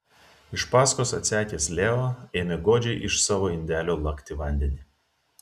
iš paskos atsekęs leo ėmė godžiai iš savo indelio lakti vandenį